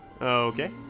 Okay